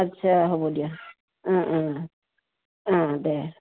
আচ্ছা হ'ব দিয়া অঁ অঁ অঁ দে